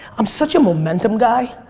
i'm such a momentum guy,